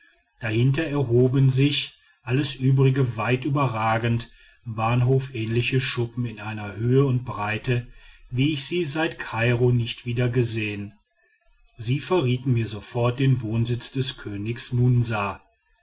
dahinter erhoben sich alles übrige weit überragend bahnhofähnliche schuppen in einer höhe und breite wie ich sie seit kairo nicht wiedergesehen sie verrieten mir sofort den wohnsitz des königs munsa